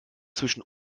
zwischen